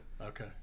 Okay